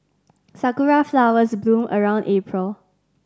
sakura flowers bloom around April